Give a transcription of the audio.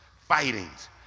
fightings